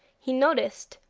he noticed,